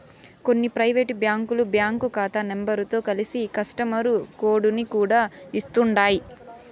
కొన్ని పైవేటు బ్యాంకులు బ్యాంకు కాతా నెంబరుతో కలిసి కస్టమరు కోడుని కూడా ఇస్తుండాయ్